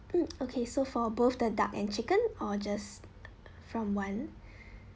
mm okay so for both the duck and chicken or just from one